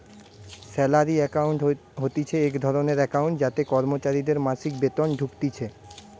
salary account হতিছে এক ধরণের একাউন্ট যাতে কর্মচারীদের মাসিক বেতন ঢুকতিছে